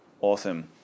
Awesome